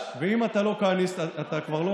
ואם אתה לא כהניסט, אתה כבר לא